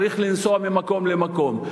הוא צריך לנסוע ממקום למקום.